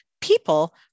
people